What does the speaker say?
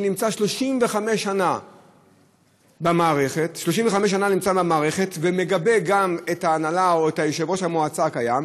שנמצא 35 שנה במערכת ומגבה גם את ההנהלה או את יושב-ראש המועצה הקיים.